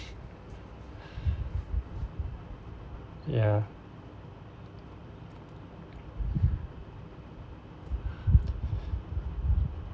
ya